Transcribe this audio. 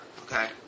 okay